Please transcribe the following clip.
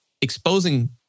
exposing